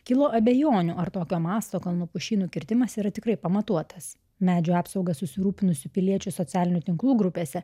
kilo abejonių ar tokio masto kalnapušynų kirtimas yra tikrai pamatuotas medžių apsaugą susirūpinusių piliečių socialinių tinklų grupėse